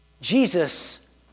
Jesus